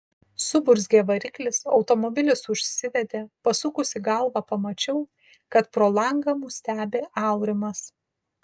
suburzgė variklis automobilis užsivedė pasukusi galvą pamačiau kad pro langą mus stebi aurimas